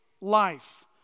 life